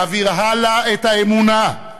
להעביר הלאה את האמונה,